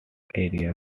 areas